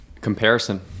comparison